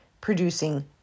producing